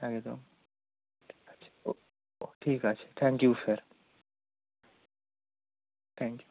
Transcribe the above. একদম ঠিক আছে ঠিক আছে থ্যাংকইউ স্যার থ্যাংকইউ